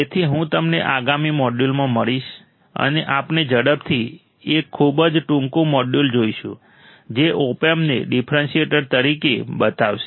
તેથી હું તમને આગામી મોડ્યુલમાં મળીશ અને આપણે ઝડપથી એક ખૂબ જ ટૂંકું મોડ્યુલ જોઈશું જે ઓપ એમ્પને ડિફરન્શિએટર તરીકે બતાવશે